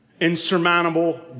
insurmountable